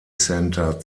center